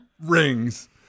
rings